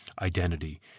identity